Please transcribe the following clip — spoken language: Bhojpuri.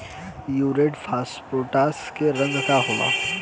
म्यूरेट ऑफपोटाश के रंग का होला?